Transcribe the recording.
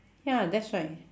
ya that's right